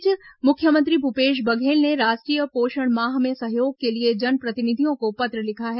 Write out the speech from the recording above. इस बीच मुख्यमंत्री भूपेश बघेल ने राष्ट्रीय पोषण माह में सहयोग के लिए जनप्रतिनिधियों को पत्र लिखा है